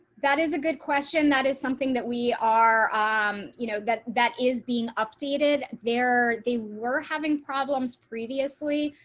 that is a good question. that is something that we are um you know that that is being updated there they were having problems previously.